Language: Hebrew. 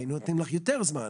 אנחנו אולי צריכים לאכוף את זה,